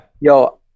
yo